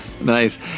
Nice